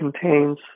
contains